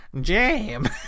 Jam